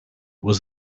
was